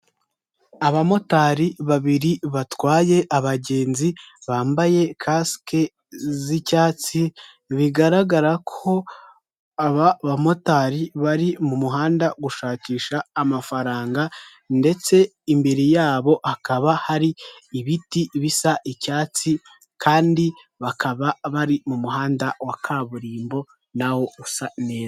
Umukobwa mwiza ufite ibisuko wambaye umupira w'umutuku, akaba imbere ye hari mudasobwa, akaba ari kureba ibiciro by'ibicuruzwa.